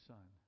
Son